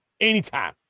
Anytime